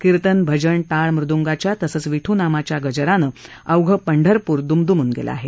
किर्तन भजन टाळ मृद्गांच्या तसंच विठू नामाच्या गजरानं अवघं पंढरपूर दुमदुमून गेलं आहे